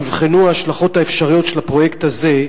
נבחנו ההשלכות האפשריות של הפרויקט הזה,